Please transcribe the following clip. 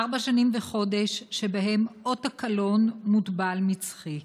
ארבע שנים וחודש שבהם אות הקלון מוטבע על מצחי.